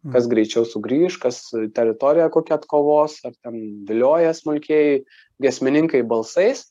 kas greičiau sugrįš kas teritoriją kokią atkovos ar ten vilioja smulkieji giesmininkai balsais